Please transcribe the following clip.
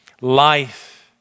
life